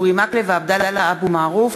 אורי מקלב ועבדאללה אבו מערוף.